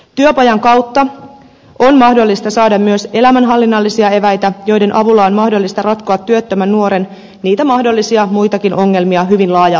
työpajan kautta on mahdollista saada myös elämänhallinnallisia eväitä joiden avulla on mahdollista ratkoa niitä työttömän nuoren mahdollisia muitakin ongelmia hyvin laaja alaisesti